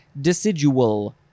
Decidual